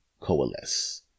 coalesce